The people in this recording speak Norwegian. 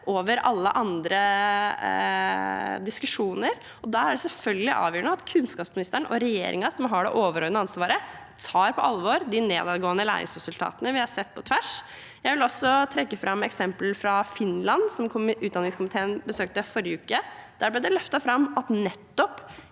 over alle andre diskusjoner. Da er det selvfølgelig avgjørende at kunnskapsministeren og regjeringen, som har det overordnede ansvaret, tar på alvor de nedadgående læringsresultatene vi har sett på tvers. Jeg vil også trekke fram eksempler fra Finland, som utdanningskomiteen besøkte forrige uke. Der ble det løftet fram at nettopp